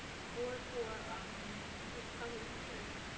for for um this public hearing,